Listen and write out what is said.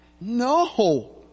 No